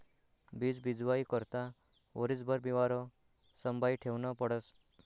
बीज बीजवाई करता वरीसभर बिवारं संभायी ठेवनं पडस